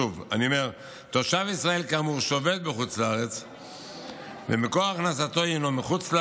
שוב אני אומר: תושב ישראל כאמור שעובד בחו"ל ומקור הכנסתו הוא מחו"ל